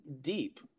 deep